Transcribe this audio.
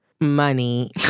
money